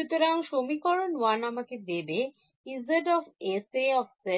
সুতরাং সমীকরণ 1 আমাকে দেবে EzsA EzsB